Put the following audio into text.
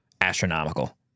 astronomical